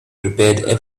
prepared